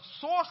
source